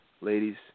ladies